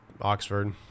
Oxford